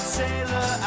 sailor